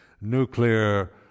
nuclear